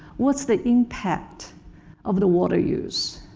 what's the impact of the water use?